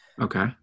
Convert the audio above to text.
Okay